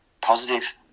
positive